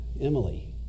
Emily